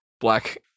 black